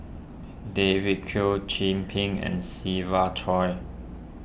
David Kwo Chin Peng and Siva Choy